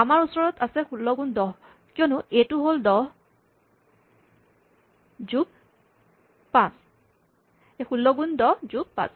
আমাৰ ওচৰত আছে ষোল্ল গুণ দহ কিয়নো এ টো হ'ল দহ যোগ পাঁচ